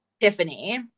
Tiffany